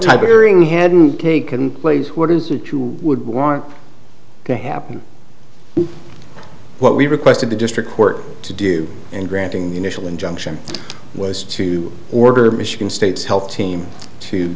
hearing hadn't taken place what is it you would want to happen what we requested the district court to do and granting the initial injunction was to order michigan state's health team to